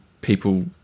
people